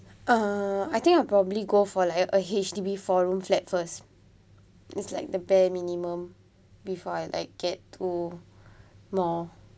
uh I think I'll probably go for like a H_D_B four room flat first it's like the bare minimum before I like get two more